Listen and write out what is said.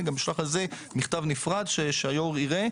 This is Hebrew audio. אשלח גם על זה מכתב נפרד כדי שהיו"ר יראה.